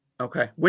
Okay